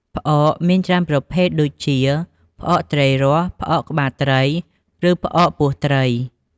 ផ្អកមានច្រើនប្រភេទ ដូចជា ផ្អកត្រីរ៉ស់ ផ្អកក្បាលត្រី ឬផ្អកពោះត្រី។